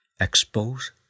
expose